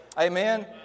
Amen